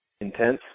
intense